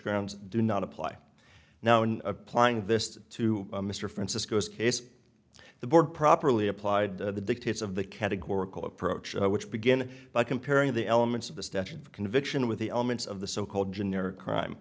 grounds do not apply now in applying this to mr francisco's case the board properly applied the dictates of the categorical approach which begin by comparing the elements of the statute of conviction with the elements of the so called generic crime